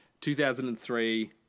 2003